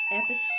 Episode